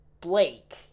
Blake